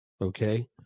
okay